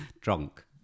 Drunk